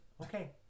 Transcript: okay